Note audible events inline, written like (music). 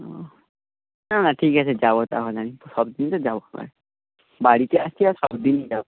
ওহ না না ঠিক আছে যাবো তাহলে আমি সব দিন তো যাবো (unintelligible) বাড়িতে আছি আর সব দিনই যাবো